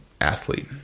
athlete